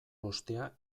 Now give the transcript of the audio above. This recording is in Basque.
ostea